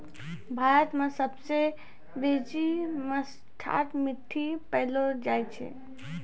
भारत मे सबसे बेसी भसाठ मट्टी पैलो जाय छै